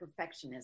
perfectionism